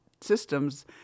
systems